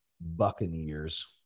Buccaneers